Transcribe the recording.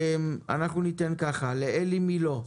ניתן לאלי מילוא,